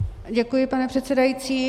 Děkuji, pane předsedající.